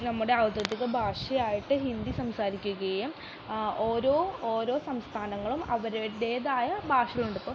നമ്മുടെ ഔദ്യാദിക ഭാഷയായിട്ട് ഹിന്ദി സംസാരിക്കുകയും ഓരോ ഓരോ സംസ്ഥാനങ്ങളും അവരവരുടേതായ ഭാഷയുണ്ടിപ്പോൾ